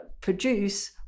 produce